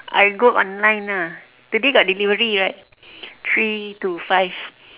I go online ah today got delivery right three to five